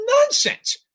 nonsense